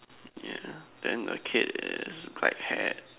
yeah then the kid is pry hat